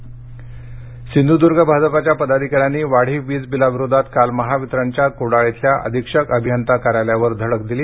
सिंधदर्ग आंदोलन सिंधूदुर्ग भाजपाच्या पदाधिकाऱ्यांनी वाढीव वीज बिलाविरोधात काल महावितरणच्या कुडाळ इथल्या अधीक्षक अभियंता कार्यालयावर धडक दिली